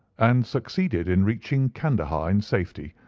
and succeeded in reaching candahar in safety,